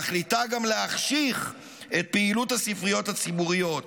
מחליטה גם להחשיך את פעילות הספריות הציבוריות.